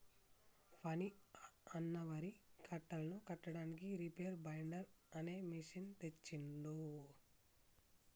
ఫణి అన్న వరి కట్టలను కట్టడానికి రీపేర్ బైండర్ అనే మెషిన్ తెచ్చిండు